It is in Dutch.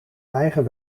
eigen